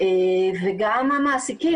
וגם המעסיקים,